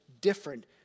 different